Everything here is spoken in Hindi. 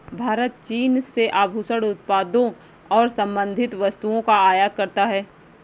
भारत चीन से आभूषण उत्पादों और संबंधित वस्तुओं का आयात करता है